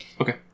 Okay